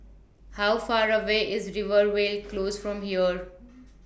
How Far away IS Rivervale Close from here